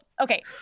okay